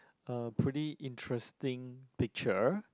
a pretty interesting picture